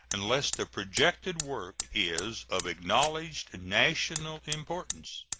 unless the projected work is of acknowledged national importance.